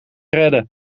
redden